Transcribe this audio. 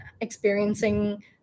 experiencing